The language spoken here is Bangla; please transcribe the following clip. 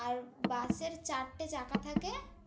আর বাসের চারটে চাকা থাকে